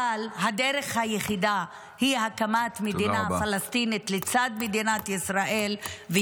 אבל הדרך היחידה היא הקמת מדינה פלסטינית לצד מדינת ישראל.